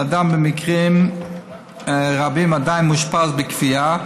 כשהאדם במקרים רבים עדיין מאושפז בכפייה,